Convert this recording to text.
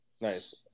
Nice